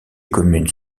communes